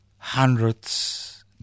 hundreds